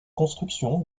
construction